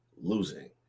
Losing